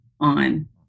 on